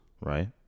right